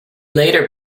later